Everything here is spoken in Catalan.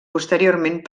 posteriorment